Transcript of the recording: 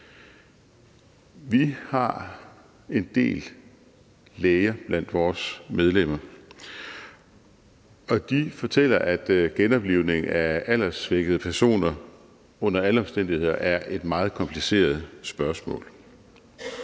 Vi har en del læger blandt vores medlemmer, og de fortæller, at genoplivning af alderssvækkede personer under alle omstændigheder er et meget kompliceret spørgsmål.